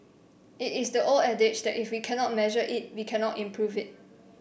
it is the old adage that if we cannot measure it we cannot improve it